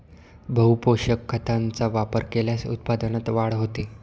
बहुपोषक खतांचा वापर केल्यास उत्पादनात वाढ होते